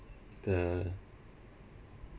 the